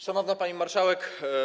Szanowna Pani Marszałek!